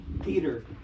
Peter